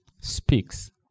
speaks